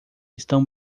estão